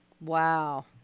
Wow